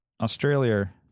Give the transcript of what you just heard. Australia